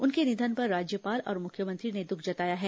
उनके निधन पर राज्यपाल और मुख्यमंत्री ने द्ःख जताया है